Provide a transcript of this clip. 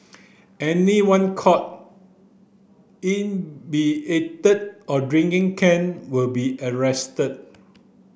anyone caught or drinking can will be arrested